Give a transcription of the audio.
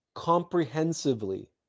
comprehensively